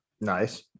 Nice